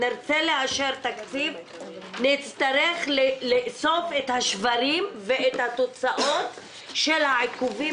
נרצה לאשר תקציב נצטרך לאסוף את השברים ואת התוצאות של העיכובים